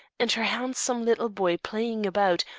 and her handsome little boy playing about,